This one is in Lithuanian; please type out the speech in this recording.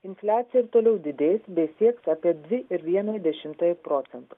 infliacija toliau didės besieks apie dvi ir vieną dešimtąją procento